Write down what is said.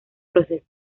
proceso